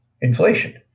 inflation